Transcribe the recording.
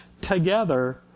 together